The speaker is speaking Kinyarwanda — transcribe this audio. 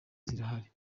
zirahari